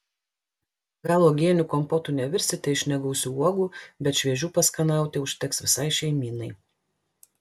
gal uogienių kompotų nevirsite iš negausių uogų bet šviežių paskanauti užteks visai šeimynai